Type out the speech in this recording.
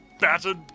battered